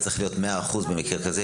זה צריך להיות 100% ממקרה כזה.